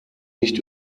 nicht